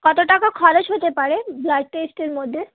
কত টাকা খরচ হতে পারে ব্লাড টেস্টের মধ্যে